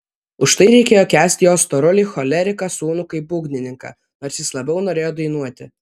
už tai reikėjo kęsti jo storulį choleriką sūnų kaip būgnininką nors jis labiau norėjo dainuoti